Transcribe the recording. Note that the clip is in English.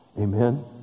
Amen